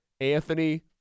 Anthony